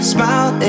Smile